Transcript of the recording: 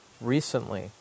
recently